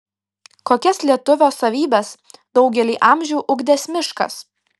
kokias lietuvio savybes daugelį amžių ugdęs miškas